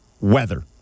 weather